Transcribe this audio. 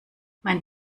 mein